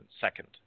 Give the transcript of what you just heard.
second